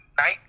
night